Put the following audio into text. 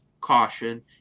caution